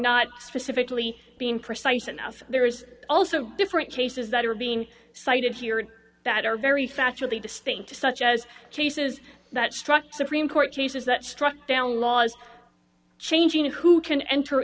not specifically being precise enough there's also different cases that are being cited here that are very factually distinct such as cases that struck the supreme court cases that struck down laws changing who can enter